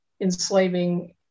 enslaving